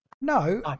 No